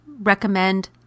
Recommend